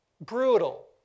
brutal